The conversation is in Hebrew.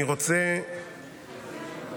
אני רוצה להקריא.